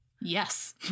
Yes